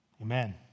Amen